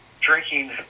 drinking